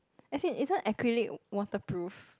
as in isn't acrylic waterproof